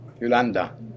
Yolanda